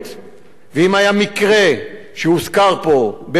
ואם היה מקרה שהוזכר פה, בבאר-שבע,